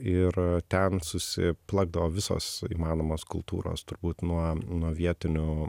ir ten susiplakdavo visos įmanomos kultūros turbūt nuo nuo vietinių